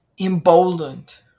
emboldened